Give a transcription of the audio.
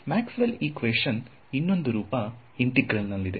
Maxwell equation ಇನ್ನೊಂದು ರೂಪ integral ನಲ್ಲಿದೆ